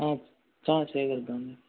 చేయగలుగుతాం అండి